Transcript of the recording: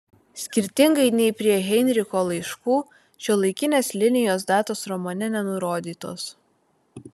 skirtingai nei prie heinricho laiškų šiuolaikinės linijos datos romane nenurodytos